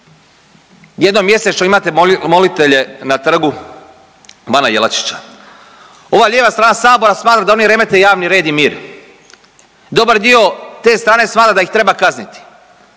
Jednom mjesečno imate molitelje na Trgu bana Jelačića. Ova lijeva strana sabora smatra da oni remete javni red i mir. Dobar dio te strane smatra da ih treba kazniti.